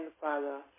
Father